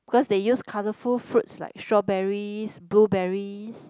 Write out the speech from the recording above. because they use colorful fruits like strawberries blueberries